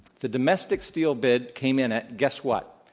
the domestic steel bid came in at, guess what,